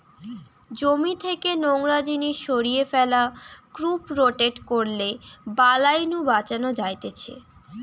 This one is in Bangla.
জমি থেকে নোংরা জিনিস সরিয়ে ফ্যালা, ক্রপ রোটেট করলে বালাই নু বাঁচান যায়তিছে